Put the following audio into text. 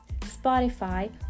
Spotify